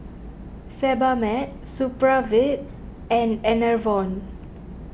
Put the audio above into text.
Sebamed Supravit and Enervon